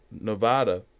Nevada